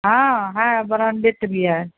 हाँ है ब्राण्डेड भी है